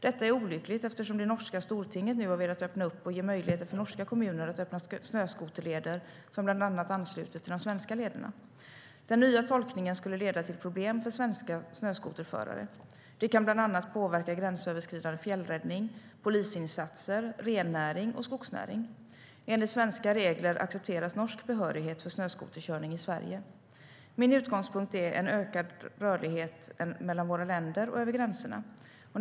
Detta är olyckligt eftersom det norska stortinget nu har velat öppna upp och ge möjligheter för norska kommuner att öppna snöskoterleder som bland annat ansluter till de svenska lederna. Den nya tolkningen skulle leda till problem för svenska snöskoterförare. Det kan påverka bland annat gränsöverskridande fjällräddning, polisinsatser, rennäring och skogsnäring. Enligt svenska regler accepteras norsk behörighet för snöskoterkörning i Sverige. Min utgångspunkt är en ökad rörlighet mellan våra länder och över gränserna.